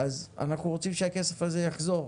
אז אנחנו רוצים שהכסף הזה יחזור.